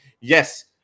yes